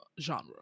genre